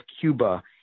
Cuba